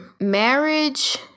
marriage